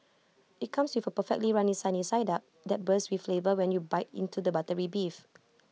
IT comes with A perfectly runny sunny side up that bursts with flavour when you bite into the buttery beef